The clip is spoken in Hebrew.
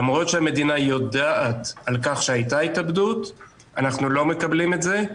למרות שהמדינה יודעת על כך שהייתה התאבדות אנחנו לא מקבלים את זה,